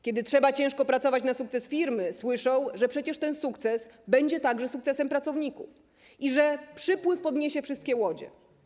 Kiedy trzeba ciężko pracować na sukces firmy, słyszą, że przecież ten sukces będzie także sukcesem pracowników i że przypływ podniesie wszystkie łodzie.